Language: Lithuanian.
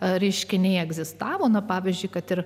reiškiniai egzistavo na pavyzdžiui kad ir